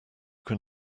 can